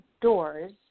doors